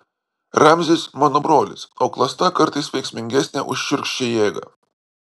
ramzis mano brolis o klasta kartais veiksmingesnė už šiurkščią jėgą